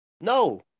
No